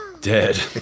Dead